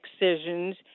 excisions